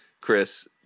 Chris